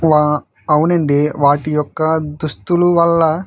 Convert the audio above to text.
వా అవునండి వాటి యొక్క దుస్తులు వల్ల